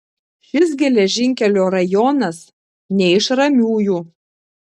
šis geležinkelio rajonas ne iš ramiųjų